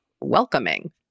welcoming